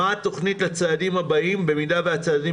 מה התוכנית לצעדים הבאים במידה שהצעדים